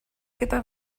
gyda